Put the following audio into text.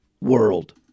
world